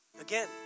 Again